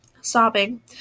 sobbing